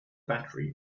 battery